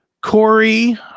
Corey